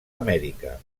amèrica